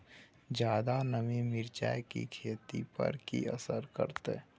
ज्यादा नमी मिर्चाय की खेती पर की असर करते?